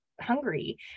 hungry